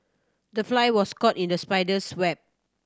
the fly was caught in the spider's web